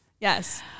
yes